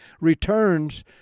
returns